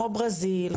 כמו ברזיל,